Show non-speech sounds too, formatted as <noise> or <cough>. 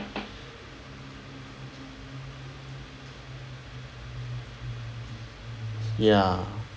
<noise> ya